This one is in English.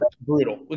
Brutal